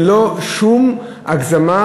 ללא שום הגזמה,